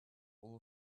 all